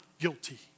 guilty